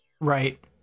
Right